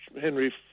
henry